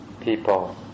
people